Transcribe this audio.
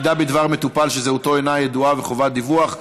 8) (מידע בדבר מטופל שזהותו אינה ידועה וחובות דיווח),